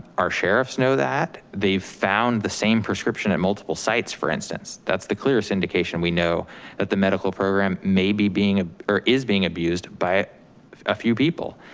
our sheriffs know that, they've found the same prescription at multiple sites, for instance, that's the clearest indication we know that the medical program may be being ah or is being abused by a few people.